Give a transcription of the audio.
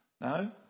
no